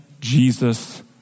Jesus